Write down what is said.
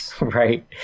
Right